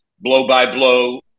blow-by-blow